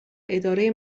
اداره